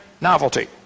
novelty